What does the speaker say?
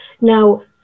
Now